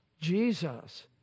Jesus